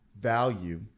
value